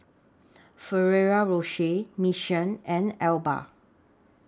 Ferrero Rocher Mission and Alba